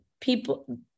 people